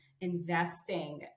investing